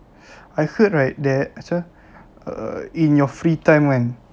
I heard right that uh in your free time kan